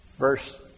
Verse